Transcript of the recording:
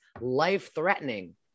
life-threatening